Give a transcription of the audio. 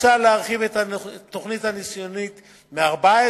מוצע להרחיב את התוכנית הניסיונית מארבעה